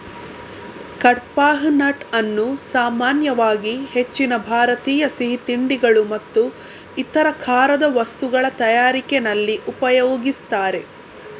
ಕಡ್ಪಾಹ್ನಟ್ ಅನ್ನು ಸಾಮಾನ್ಯವಾಗಿ ಹೆಚ್ಚಿನ ಭಾರತೀಯ ಸಿಹಿ ತಿಂಡಿಗಳು ಮತ್ತು ಇತರ ಖಾರದ ವಸ್ತುಗಳ ತಯಾರಿಕೆನಲ್ಲಿ ಉಪಯೋಗಿಸ್ತಾರೆ